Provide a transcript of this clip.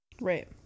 Right